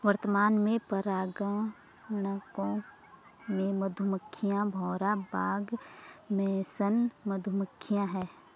वर्तमान में परागणकों में मधुमक्खियां, भौरा, बाग मेसन मधुमक्खियाँ है